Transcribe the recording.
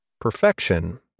Perfection